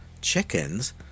chickens